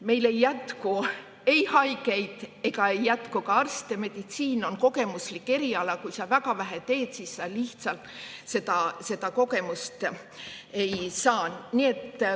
Meil ei jätku ei haigeid ega ei jätku ka arste. Meditsiin on kogemuslik eriala – kui sa väga vähe teed, siis sa seda kogemust ei saa. Nii et